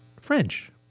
French